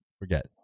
forget